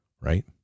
Right